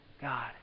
God